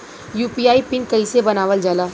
UPI pin कइसे बनावल जाला?